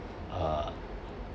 err